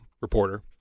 reporter